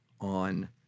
on